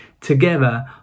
together